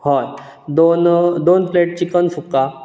हय दोन plate chicken सुका